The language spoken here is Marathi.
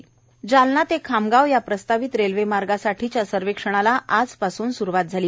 रेल्वे सर्वेक्षण जालना ते खामगाव या प्रस्तावित रेल्वे मार्गासाठीच्या सर्वेक्षणाला आजपासून सुरुवात झाली